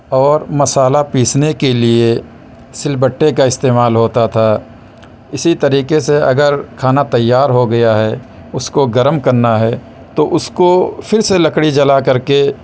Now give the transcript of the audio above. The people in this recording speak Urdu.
اور مسالہ پیسنے کے لئے سل بٹے کا استعمال ہوتا تھا اسی طریقے سے اگر کھانا تیار ہوگیا ہے اس کو گرم کرنا ہے تو اس کو پھر سے لکڑی جلا کر کے